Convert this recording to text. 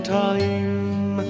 time